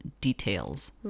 details